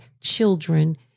children